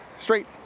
Straight